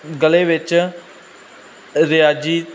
ਗਲੇ ਵਿੱਚ ਰਿਆਜ਼ੀ